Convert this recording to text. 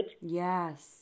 Yes